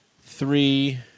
three